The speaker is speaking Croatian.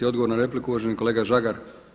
Odgovor na repliku uvaženi kolega Žagar.